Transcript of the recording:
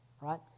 Right